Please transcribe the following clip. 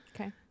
Okay